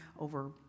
over